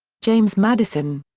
james madison.